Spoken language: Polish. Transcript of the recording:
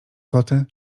koty